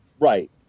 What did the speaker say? Right